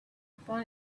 found